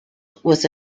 was